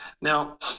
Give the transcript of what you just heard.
now